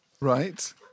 Right